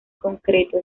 concreto